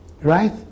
Right